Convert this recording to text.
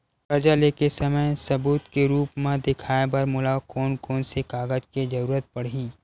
कर्जा ले के समय सबूत के रूप मा देखाय बर मोला कोन कोन से कागज के जरुरत पड़ही?